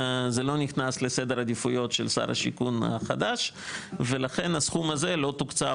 זה לא נכנס לסדר עדיפויות של שר השיכון החדש ולכן הסכום הזה לא תוקצב,